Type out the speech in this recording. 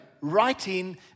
writing